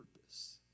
purpose